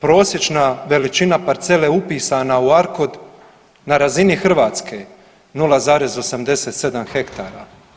Prosječna veličina parcele upisana u ARKOD na razini Hrvatske 0,87 hektara.